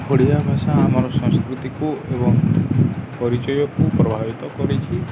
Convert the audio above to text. ଓଡ଼ିଆ ଭାଷା ଆମର ସଂସ୍କୃତିକୁ ଏବଂ ପରିଚୟକୁ ପ୍ରଭାବିତ କରିଛି